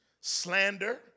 slander